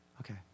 Okay